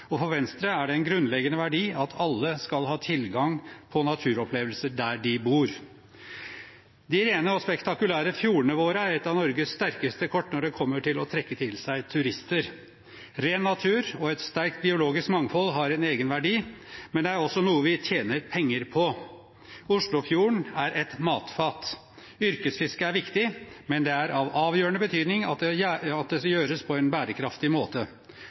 og for Venstre er det en grunnleggende verdi at alle skal ha tilgang på naturopplevelser der de bor. De rene og spektakulære fjordene våre er et av Norges sterkeste kort når det kommer til å trekke til seg turister. Ren natur og et sterkt biologisk mangfold har en egen verdi, men det er også noe vi tjener penger på. Oslofjorden er et matfat. Yrkesfisket er viktig, men det er av avgjørende betydning at det gjøres på en bærekraftig måte.